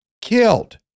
Killed